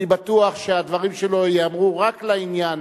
אני בטוח שהדברים שלו ייאמרו רק לעניין